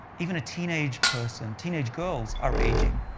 even a teenage person, teenage girls are aging.